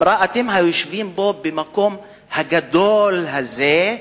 אמרה: אתם היושבים פה, במקום הגדול הזה,